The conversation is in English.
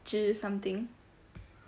zhi something